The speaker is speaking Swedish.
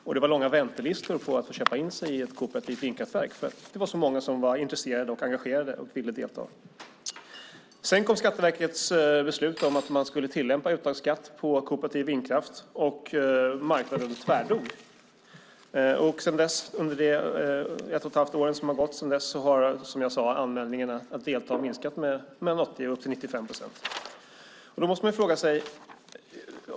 Det var även långa väntelistor på att få köpa in sig i ett kooperativt vindkraftverk eftersom det var så många som var intresserade, engagerade och ville delta. Så kom Skatteverkets beslut om att man skulle tillämpa uttagsskatt på kooperativ vindkraft, och marknaden tvärdog. Under det ett och ett halvt år som har gått sedan dess har som sagt anmälningarna för att delta minskat från 80 upp till 95 procent.